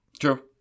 True